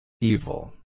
Evil